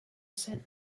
scène